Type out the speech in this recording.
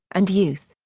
and youth.